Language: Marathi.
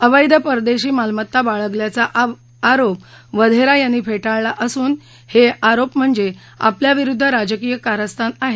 अवैध परदेशी मालमत्ता बाळगल्याचा आरोप वघेरा यांनी फेटाळाला असून हे आरोप म्हणजे आपल्या विरुद्ध राजकीय कारस्थान आहे